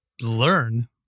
learn